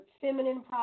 feminine